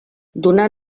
donà